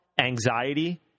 anxiety